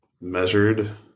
measured